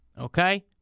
Okay